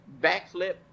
backflip